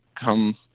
come